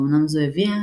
ואומנם זו הביאה,